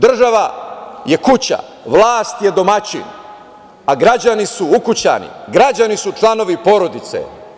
Država je kuća, vlast je domaćin, a građani su ukućani, građani su članovi porodice.